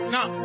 Now